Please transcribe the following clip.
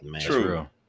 True